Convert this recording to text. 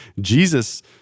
Jesus